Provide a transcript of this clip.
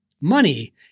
Money